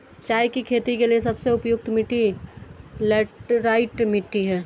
चाय की खेती के लिए सबसे उपयुक्त मिट्टी लैटराइट मिट्टी है